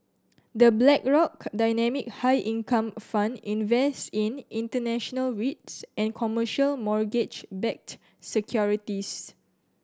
The Blackrock Dynamic High Income Fund invests in international rates and commercial mortgage backed securities